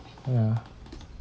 oh ya